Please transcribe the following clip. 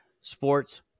sports